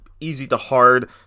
easy-to-hard